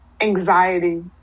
anxiety